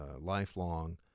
lifelong